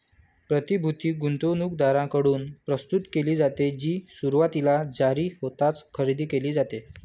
प्रतिभूती गुंतवणूकदारांकडून प्रस्तुत केली जाते, जी सुरुवातीला जारी होताच खरेदी केली जाते